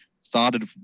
started